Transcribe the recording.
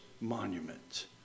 Monument